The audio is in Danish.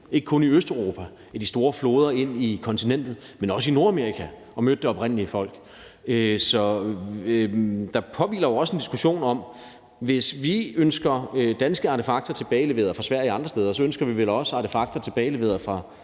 ikke kun i Østeuropa og i de store floder ind i kontinentet, men også i Nordamerika, hvor de mødte det oprindelige folk. Så der påhviler os jo også en diskussion om, at hvis vi ønsker os danske artefakter tilbageleveret fra Sverige og andre steder, så ønsker vi vel også artefakter tilbageleveret fra